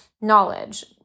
Knowledge